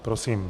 Prosím.